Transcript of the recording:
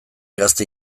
gazte